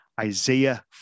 Isaiah